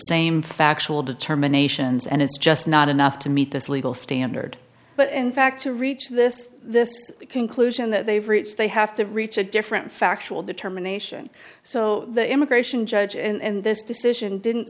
same factual determination and it's just not enough to meet this legal standard but in fact to reach this this conclusion that they've reached they have to reach a different factual determination so the immigration judge and this decision didn't